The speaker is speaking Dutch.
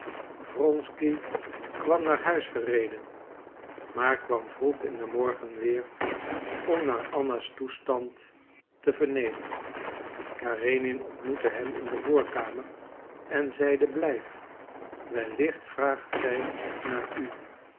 wronsky was naar huis gereden maar kwam vroeg in den morgen weer om naar anna's toestand te vernemen karenin ontmoette hem in de voorkamer en zeide blijf wellicht vraagt zij naar u